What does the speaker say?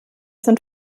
sind